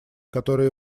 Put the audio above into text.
которая